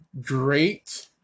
great